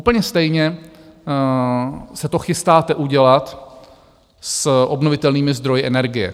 Úplně stejně se to chystáte udělat s obnovitelnými zdroji energie.